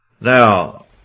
Now